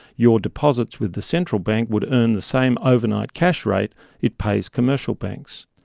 your deposits with the central bank would earn the same overnight cash rate it pays commercial banks.